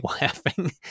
laughing